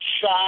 shot